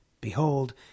Behold